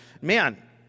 man